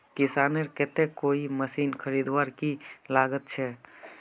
किसानेर केते कोई मशीन खरीदवार की लागत छे?